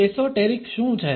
esoteric શું છે